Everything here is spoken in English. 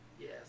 Yes